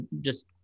just-